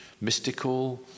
mystical